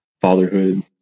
fatherhood